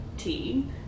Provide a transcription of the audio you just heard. tea